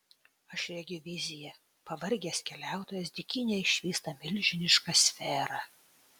aš regiu viziją pavargęs keliautojas dykynėje išvysta milžinišką sferą